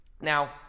Now